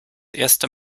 erste